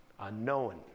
unknown